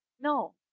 no